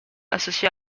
associé